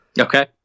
Okay